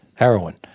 Heroin